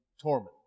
torment